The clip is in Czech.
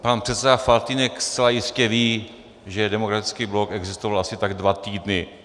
Pan předseda Faltýnek zcela jistě ví, že Demokratický blok existoval asi tak dva týdny.